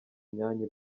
myanya